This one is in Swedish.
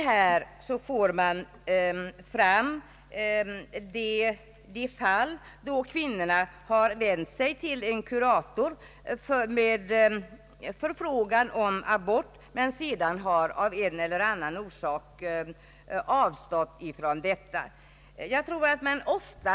Här får man även fram något om de fall då kvinnorna har vänt sig till kurator med förfrågan om abort men sedan av en eller annan orsak har avstått.